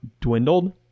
dwindled